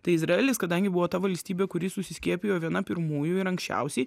tai izraelis kadangi buvo ta valstybė kuri suskiepijo viena pirmųjų ir anksčiausiai